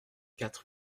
quatre